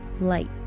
light